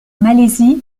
malaisie